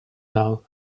now